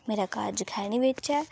मेरा घर जखैनी बिच ऐ